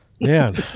Man